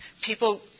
people